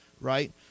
Right